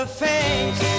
face